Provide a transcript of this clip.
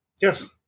Yes